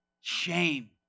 shame